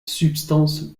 substance